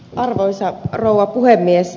arvoisa rouva puhemies